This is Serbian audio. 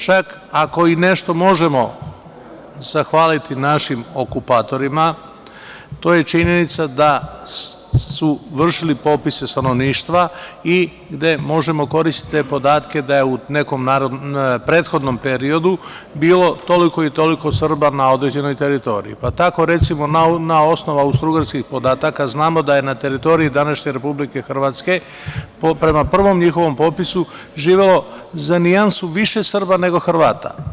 Čak i ako nešto možemo zahvaliti našim okupatorima, to je činjenica da su vršili popise stanovništva i gde možemo koristiti te podatke u nekom prethodnom periodu, da je bilo toliko i toliko Srba na određenoj teritoriji, pa tako recimo na osnovu Austrougarskih podataka, znamo da je na teritoriji današnje Republike Hrvatske, prema prvom njihovom popisu, živelo za nijansu više Srba, nego Hrvata.